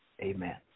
amen